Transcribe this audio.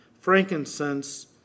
frankincense